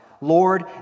Lord